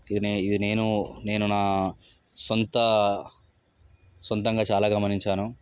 ఇది నే నేను నేను నా సొంత సొంతంగా చాలా గమనించాను